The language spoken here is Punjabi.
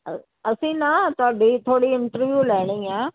ਅਸੀਂ ਨਾ ਤੁਹਾਡੀ ਥੋੜ੍ਹੀ ਇੰਟਰਵਿਊ ਲੈਣੀ ਆ